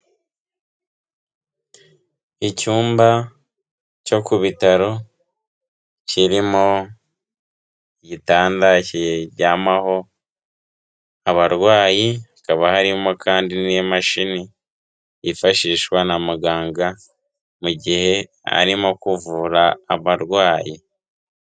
Icyumba cyo ku bitaro kirimo igitanda kijyamaho abarwayi, hakaba harimo kandi n'imashini yifashishwa na muganga mu gihe arimo kuvura abarwayi.